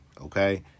okay